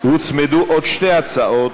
הוצמדו עוד שתי הצעות: